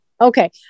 Okay